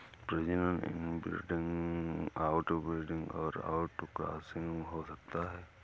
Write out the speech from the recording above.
प्रजनन inbreeding, outbreeding और outcrossing हो सकता है